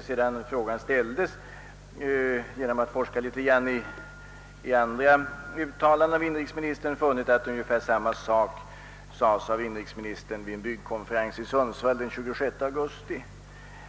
Sedan frågan ställdes har jag genom att studera andra uttalanden av inrikesministern funnit, att han framhållit ungefär detsamma vid en byggkonferens i Sundsvall den 26 augusti.